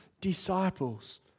disciples